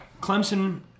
Clemson